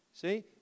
See